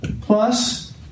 plus